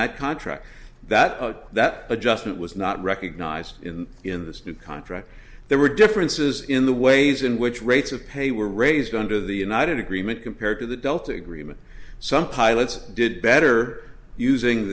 that contract that that adjustment was not recognized in in this new contract there were differences in the ways in which rates of pay were raised under the united agreement compared to the delta agreement some pilots did better using